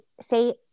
say